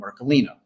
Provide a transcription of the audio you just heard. Marcolino